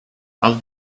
i’ll